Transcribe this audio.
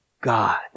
God